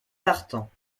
partant